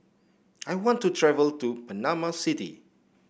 I want to travel to Panama City